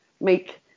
make